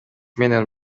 менен